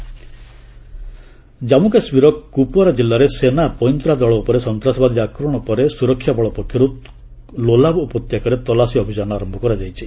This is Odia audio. ଜେକେ ସର୍ଚ ଜାମ୍ମୁ କାଶ୍ମୀରର କୁପଓ୍ୱାରା ଜିଲ୍ଲାରେ ସେନା ପଇଁତରା ଦଳ ଉପରେ ସନ୍ତାସବାଦୀ ଆକ୍ରମଣ ପରେ ସୁରକ୍ଷାବଳ ପକ୍ଷରୁ ଲୋଲାବ ଉପତ୍ୟକାରେ ତଲାସି ଅଭିଯାନ ଆରମ୍ଭ କରାଯାଇଛି